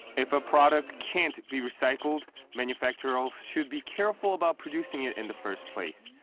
if a product can't be recycled, manufacturers should be careful about producing it in the first place.